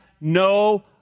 no